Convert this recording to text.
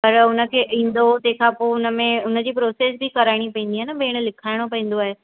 पर हुनखे ईंदो तंहिं खां पोइ हुनमें हुनजी प्रोसेस बि कराइणी पवंदी आहे न भेण लिखाइणो पवंदो आहे